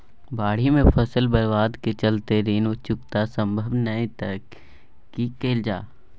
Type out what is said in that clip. बाढि में फसल बर्बाद के चलते ऋण चुकता सम्भव नय त की कैल जा?